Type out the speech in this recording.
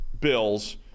Bills